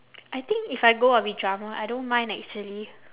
I think if I go I'll be drummer I don't mind actually